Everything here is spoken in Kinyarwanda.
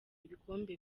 ibikombe